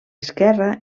esquerra